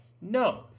No